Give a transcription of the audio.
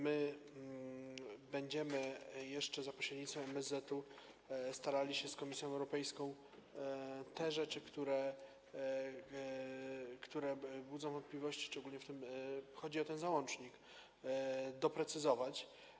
My będziemy jeszcze za pośrednictwem MSZ starali się z Komisją Europejską te rzeczy, które budzą wątpliwości, szczególnie jeżeli chodzi o ten załącznik, doprecyzować.